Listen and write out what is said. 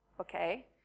okay